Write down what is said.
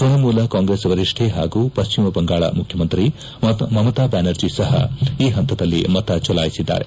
ತ್ಯಣಮೂಲ ಕಾಂಗ್ರೆಸ್ ವರಿಷ್ಣೆ ಹಾಗೂ ಪಶ್ಚಿಮ ಬಂಗಾಳ ಮುಖ್ಯಮಂತ್ರಿ ಮಮತಾ ಬ್ಲಾನರ್ಜಿ ಸಹ ಈ ಹಂತದಲ್ಲಿ ಮತ ಚಲಾಯಿಸಿದ್ದಾರೆ